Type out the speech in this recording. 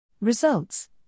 Results